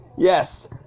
Yes